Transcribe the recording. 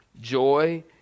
Joy